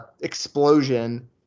explosion